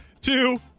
two